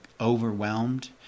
overwhelmed